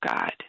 God